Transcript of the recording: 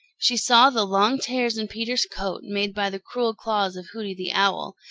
she saw the long tears in peter's coat, made by the cruel claws of hooty the owl,